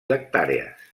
hectàrees